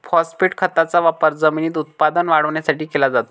phosphate खताचा वापर जमिनीत उत्पादन वाढवण्यासाठी केला जातो